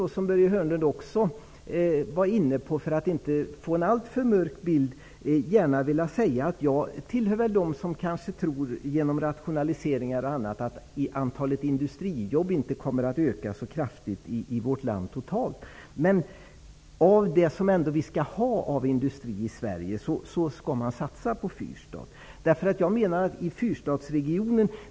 För att bilden inte skall bli alltför mörk vill jag säga att jag inte tillhör dem som tror att antalet industrijobb totalt sett kommer att minska så kraftigt i vårt land genom rationaliseringar och annat. Men från den industri som vi skall ha kvar i Sverige bör man satsa på Fyrstadsregionen.